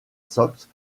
sox